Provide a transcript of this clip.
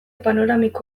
panoramiko